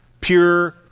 pure